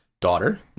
daughter